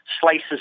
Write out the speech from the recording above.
Slices